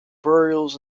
burials